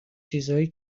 چیزایی